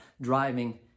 driving